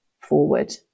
forward